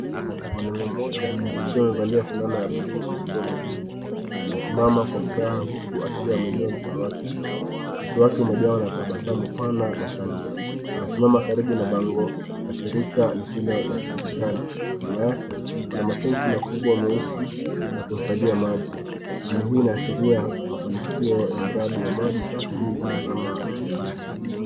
Mwanaume mmoja akiwa amevalia fulana ya buluu na suruali ya jinsi, anasimama kwa furaha, huku akiwa ameinua mkono wake juu. Uso wake umejawa na tabasamu pana na shangwe. Anasimama karibu na bango la shirika lisilo la kiserikali. Nyuma yake, kuna matenki makubwa meusi ya kuhifadhia maji. Hali hii inaashiria mafanikio ya mradi wa maji safi na salama ya jamii.